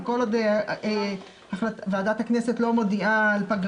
אם אני אשב על הכיסא הזה כדי להילחם על עוד 5,000 שקל לתעשייה או לא,